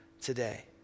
today